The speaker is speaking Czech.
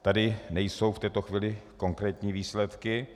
Tady nejsou v této chvíli konkrétní výsledky.